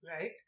right